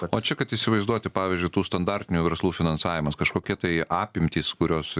o čia kad įsivaizduoti pavyzdžiui tų standartinių verslų finansavimas kažkokie tai apimtys kurios